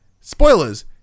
Spoilers